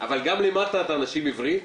אבל גם לימדת את האנשים עברית,